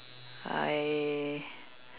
I